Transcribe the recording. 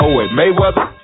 Mayweather